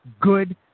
good